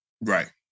Right